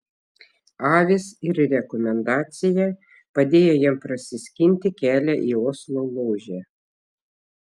avys ir rekomendacija padėjo jam prasiskinti kelią į oslo ložę